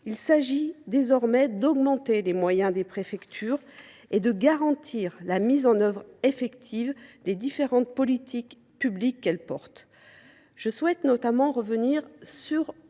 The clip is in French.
il s’agit désormais d’augmenter les moyens des préfectures et de garantir la mise en œuvre effective des différentes politiques publiques qu’elles portent. Je souhaite notamment revenir sur